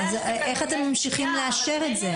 איך אתם ממשיכים לאשר את זה?